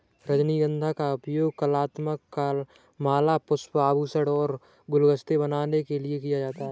रजनीगंधा का उपयोग कलात्मक माला, पुष्प, आभूषण और गुलदस्ते बनाने के लिए किया जाता है